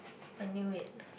I knew it